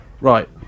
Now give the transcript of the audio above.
Right